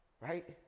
right